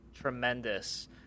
tremendous